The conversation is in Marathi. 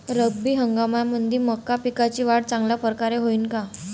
रब्बी हंगामामंदी मका पिकाची वाढ चांगल्या परकारे होईन का?